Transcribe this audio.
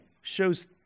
shows